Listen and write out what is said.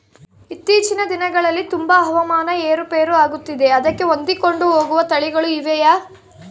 ಇತ್ತೇಚಿನ ದಿನಗಳಲ್ಲಿ ತುಂಬಾ ಹವಾಮಾನ ಏರು ಪೇರು ಆಗುತ್ತಿದೆ ಅದಕ್ಕೆ ಹೊಂದಿಕೊಂಡು ಹೋಗುವ ತಳಿಗಳು ಇವೆಯಾ?